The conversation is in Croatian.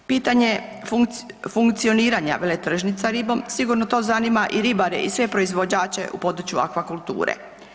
Pitanje funkcioniranja veletržnica ribom sigurno te zanima i ribare i sve proizvođače u području akvakulture.